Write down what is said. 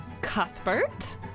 Cuthbert